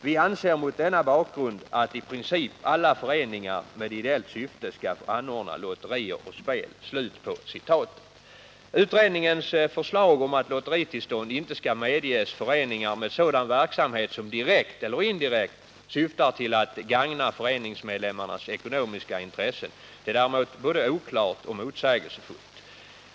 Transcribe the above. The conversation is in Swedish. Vi anser mot denna bakgrund att i princip alla föreningar med ideellt syfte skall få anordna lotterier och spel.” Utredningens förslag om att lotteritillstånd inte skall medges föreningar med sådan verksamhet som direkt eller indirekt syftar till att gagna föreningsmedlemmarnas ekonomiska intressen är däremot både oklart och motsägelsefullt.